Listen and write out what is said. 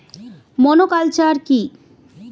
Monoculture কি?